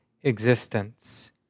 existence